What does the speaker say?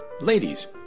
Ladies